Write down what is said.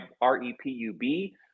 R-E-P-U-B